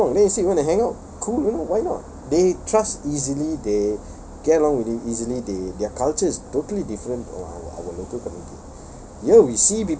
get along then you say you want to hang out cool you know why not they trust easily they get along really easily they their culture is totally different from our our local community